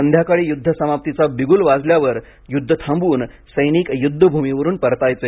संध्याकाळी युद्ध समाप्तीचा बिगुल वाजल्यावर युद्ध थांबवून सैनिक युद्ध भूमीवरून परतायचे